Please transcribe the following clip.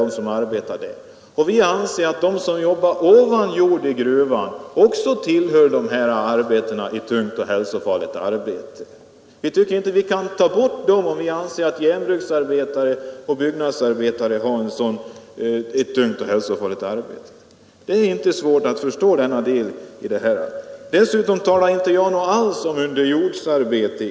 Vi anser att de, som i gruvan jobbar ovan jord, också tillhör dem som utför tungt och hälsofarligt arbete. Vi tycker inte att vi kan utesluta dem, då vi anser att också järnbruksarbetare och byggnadsarbetare utför ett tungt och hälsofarligt arbete. Det är inte svårt att förstå. Dessutom vill jag nämna att jag i mitt inlägg inte alls talade om underjordsarbete.